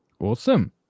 Awesome